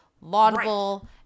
laudable